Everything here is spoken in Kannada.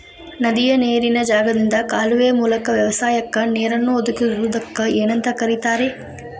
ನದಿಯ ನೇರಿನ ಜಾಗದಿಂದ ಕಾಲುವೆಯ ಮೂಲಕ ವ್ಯವಸಾಯಕ್ಕ ನೇರನ್ನು ಒದಗಿಸುವುದಕ್ಕ ಏನಂತ ಕರಿತಾರೇ?